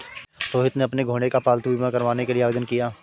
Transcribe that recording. रोहित ने अपने घोड़े का पालतू बीमा करवाने के लिए आवेदन किया